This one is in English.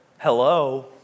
hello